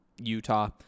Utah